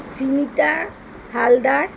Simita Haldar